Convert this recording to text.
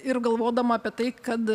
ir galvodama apie tai kad